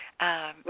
Right